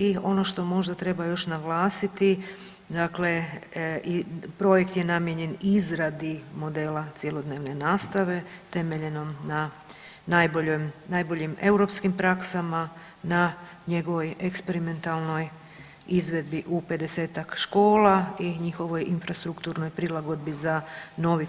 I ono što možda treba još naglasiti, dakle i projekt je namijenjen izradi modela cjelodnevne nastave temeljenom na najboljim europskim praksama, na njegovoj eksperimentalnoj izvedbi u 50-tak škola i njihovoj infrastrukturnoj prilagodbi za novi